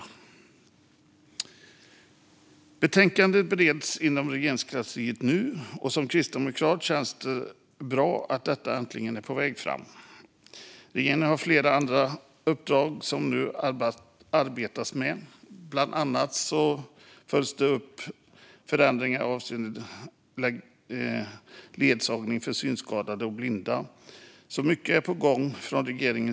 Utredningsbetänkandet bereds nu inom Regeringskansliet. För mig som kristdemokrat känns det bra att detta äntligen är på väg fram. Regeringen har gett flera uppdrag som det nu arbetas med, bland annat ett om att följa upp förändringar avseende ledsagning för synskadade och blinda. Mycket är alltså på gång från regeringen.